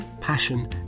passion